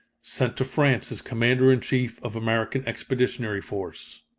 sent to france as commander-in-chief of american expeditionary force.